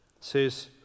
says